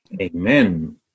Amen